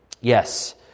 Yes